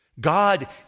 God